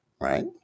right